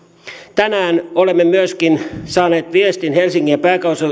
tänään olemme saaneet myöskin helsingin ja